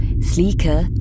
sleeker